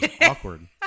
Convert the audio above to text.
Awkward